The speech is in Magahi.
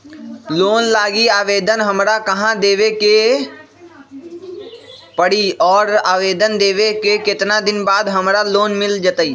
लोन लागी आवेदन हमरा कहां देवे के पड़ी और आवेदन देवे के केतना दिन बाद हमरा लोन मिल जतई?